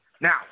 Now